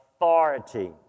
Authority